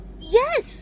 Yes